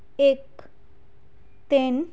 ਇੱਕ ਤਿੰਨ